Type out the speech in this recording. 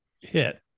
hit